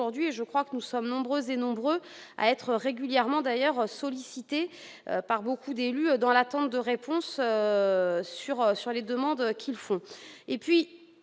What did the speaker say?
je crois que nous sommes nombreux et nombreuses à être régulièrement d'ailleurs sollicité par beaucoup d'élus dans l'attente de réponses sur sur les demandes qu'il faut